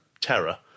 terror